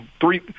three